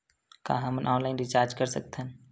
का हम online recharge कर सकत हन?